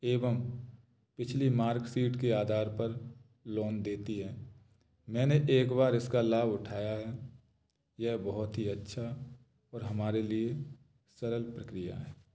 एवं पिछली मार्कशीट के आधार पर लोन देती है मैंने एक बार इसका लाभ उठाया है यह बहुत ही अच्छा और हमारे लिए सरल प्रक्रिया है